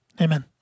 Amen